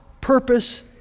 purpose